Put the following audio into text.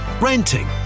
renting